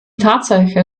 tatsache